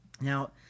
Now